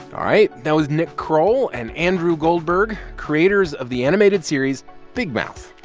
all right. that was nick kroll and andrew goldberg, creators of the animated series big mouth.